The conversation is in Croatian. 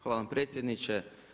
Hvala vam predsjedniče.